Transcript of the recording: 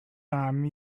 time